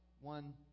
one